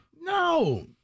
No